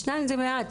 שניים זה מעט.